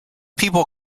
people